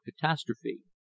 catastrophe